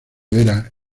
era